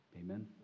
Amen